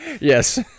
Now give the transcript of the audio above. Yes